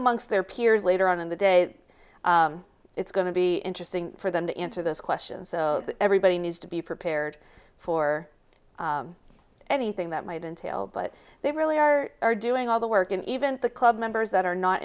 amongst their peers later on in the day it's going to be interesting for them to answer this question so everybody needs to be prepared for anything that might entail but they really are are doing all the work and even the club members that are not